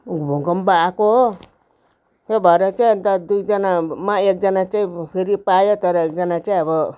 भुकम्प आएको हो त्यो भएर चाहिँ अन्त दुईजनामा एकजना चाहिँ फेरि पायो तर एकजना चाहिँ अब